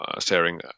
sharing